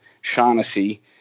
Shaughnessy